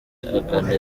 agana